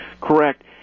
Correct